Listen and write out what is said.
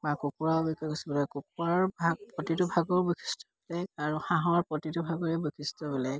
বা কুকুৰাও কুকুৰাৰ ভাগ প্ৰতিটো ভাগৰো বৈশিষ্ট বেলেগ আৰু হাঁহৰ প্ৰতিটো ভাগৰেই বৈশিষ্ট্য বেলেগ